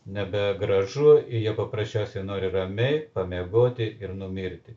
nebe gražu ir jie paprasčiausiai nori ramiai pamiegoti ir numirti